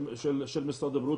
של משרד הבריאות,